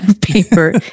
paper